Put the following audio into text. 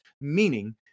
Meaning